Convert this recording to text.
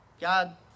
God